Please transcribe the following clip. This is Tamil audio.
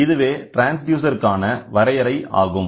இதுவே ட்ரான்ஸ்டியூசர் கான வரையறை ஆகும்